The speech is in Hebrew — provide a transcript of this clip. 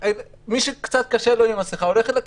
מי שקצת קשה לו עם מסכה הולך לכיסא,